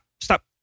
Stop